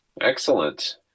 Excellent